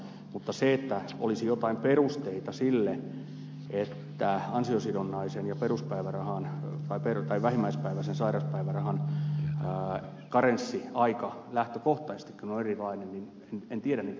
mutta jos on jotain perusteita sille että ansiosidonnaisen ja peruspäivärahan tai perhe vaimo ja vähimmäispäiväisen sairauspäivärahan karenssiaika lähtökohtaisestikin on erilainen niin en tiedä niitä perusteluja